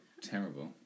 terrible